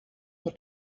what